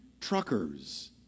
truckers